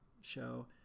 show